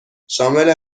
شامل